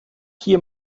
hier